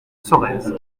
sorèze